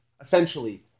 essentially